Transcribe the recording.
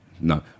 No